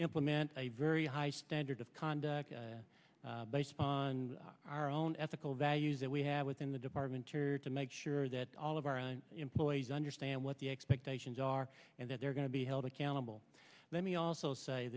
implement a very high standard of conduct based on our own ethical values that we have within the department to make sure that all of our employees understand what the expectations are and that they're going to be held accountable let me also say